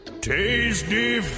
Tasty